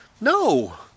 No